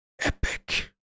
epic